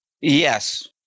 Yes